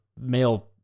male